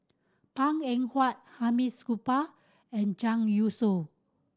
Ang Eng Huat Hamid Supaat and Zhang Youshuo